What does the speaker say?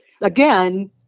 again